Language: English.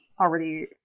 already